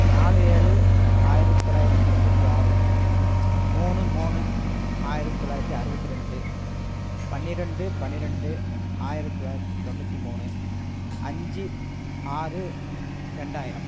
நாலு ஏழு ஆயிரத்தி தொள்ளாயிரத்தி எண்பத்தி ஆறு மூணு மூணு ஆயிரத்தி தொள்ளாயிரத்தி அறுபத்ரெண்டு பன்னிரெண்டு பன்னிரெண்டு ஆயிரத்தி தொள்ளாயிரத்தி தொண்ணூற்றி மூணு அஞ்சு ஆறு ரெண்டாயிரம்